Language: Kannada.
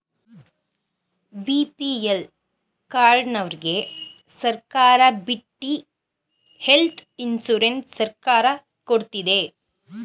ಬಿ.ಪಿ.ಎಲ್ ಕಾರ್ಡನವರ್ಗೆ ಸರ್ಕಾರ ಬಿಟ್ಟಿ ಹೆಲ್ತ್ ಇನ್ಸೂರೆನ್ಸ್ ಸರ್ಕಾರ ಕೊಡ್ತಿದೆ